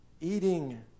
eating